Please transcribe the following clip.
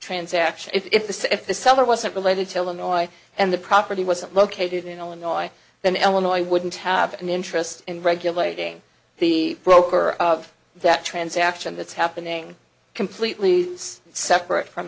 transaction if the if the seller wasn't related to the noise and the property wasn't located in illinois then illinois wouldn't have an interest in regulating the broker of that transaction that's happening completely separate from